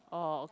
orh